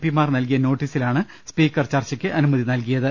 പിമാർ നൽകിയ നോട്ടീസിലാണ് സ്പീക്കർ ചർച്ചയ്ക്ക് അനുമതി നൽകിയത്